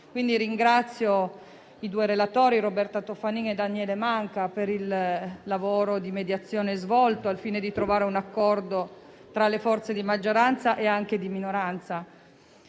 quindi i due relatori, i senatori Roberta Toffanin e Daniele Manca, per il lavoro di mediazione svolto al fine di trovare un accordo tra le forze di maggioranza e anche di minoranza.